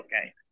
okay